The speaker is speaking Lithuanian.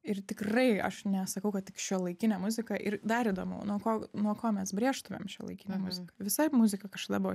ir tikrai aš nesakau kad tik šiuolaikinė muzika ir dar įdomu nuo ko nuo ko mes brėžtumėm šiuolaikinę muziką visa muzika kažkada buvo